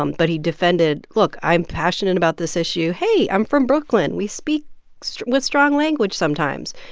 um but he defended look i'm passionate about this issue. hey, i'm from brooklyn. we speak with strong language sometimes.